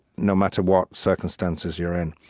no matter what circumstances you're in.